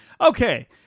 Okay